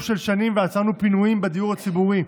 של שנים ועצרנו פינויים בדיור הציבורי.